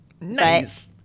Nice